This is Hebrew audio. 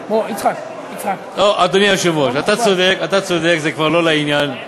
צודק, אתה צודק, זה כבר לא לעניין.